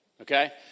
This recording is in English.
Okay